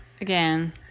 Again